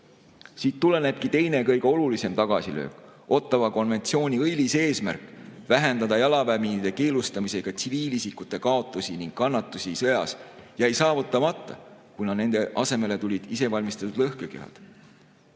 Siit tulenebki teine, kõige olulisem tagasilöök. Ottawa konventsiooni õilis eesmärk, vähendada jalaväemiinide keelustamisega tsiviilisikute kaotusi ja kannatusi sõjas, jäi saavutamata, kuna nende asemele tulid isevalmistatud lõhkekehad. Kolmas